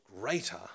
greater